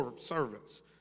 servants